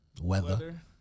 Weather